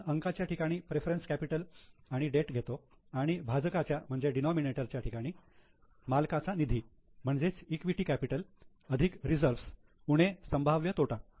आपण अंकाच्या ठिकाणी प्रेफरन्स कॅपिटल आणि डेट घेतो आणि भाजकाच्या ठिकाणी मालकाचा निधी म्हणजेच इक्विटी कॅपिटल अधिक रिसर्व उणे संभाव्य तोटा